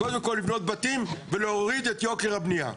קודם כל לבנות בתים ולהוריד את יוקר הבנייה.